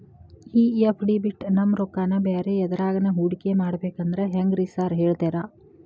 ಈ ಎಫ್.ಡಿ ಬಿಟ್ ನಮ್ ರೊಕ್ಕನಾ ಬ್ಯಾರೆ ಎದ್ರಾಗಾನ ಹೂಡಿಕೆ ಮಾಡಬೇಕಂದ್ರೆ ಹೆಂಗ್ರಿ ಸಾರ್ ಹೇಳ್ತೇರಾ?